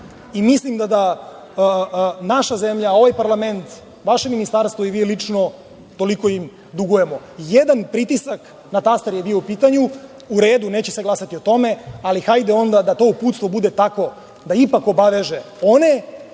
danas. Mislim da naša zemlja, ovaj parlament, vaše ministarstvo i vi lično toliko im dugujemo. Jedan pritisak na tasteru je bio u pitanju. U redu, neće se glasati o tome, ali hajde onda da to uputstvo bude tako da ipak obaveže one